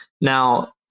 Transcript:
Now